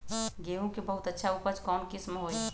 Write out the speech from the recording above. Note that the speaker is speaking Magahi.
गेंहू के बहुत अच्छा उपज कौन किस्म होई?